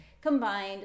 combined